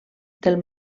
del